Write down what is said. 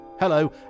Hello